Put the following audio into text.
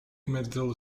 middle